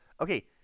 okay